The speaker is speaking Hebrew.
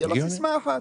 תהיה לו סיסמה אחת,